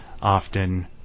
often